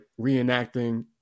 reenacting